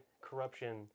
corruption